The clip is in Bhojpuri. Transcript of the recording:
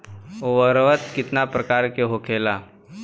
उर्वरक कितना प्रकार के होखेला?